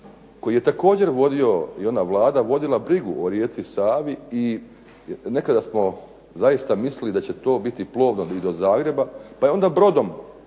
koji je također vodio i ona Vlada vodio brigu o rijeci Savi i nekada smo zaista mislili da će to biti plovno i do Zagreba, pa je onda brodom